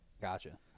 Gotcha